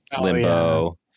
Limbo